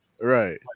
Right